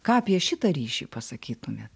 ką apie šitą ryšį pasakytumėt